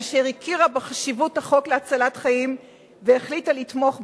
אשר הכירה בחשיבות החוק להצלת חיים והחליטה לתמוך בו.